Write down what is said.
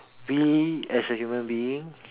we as a human being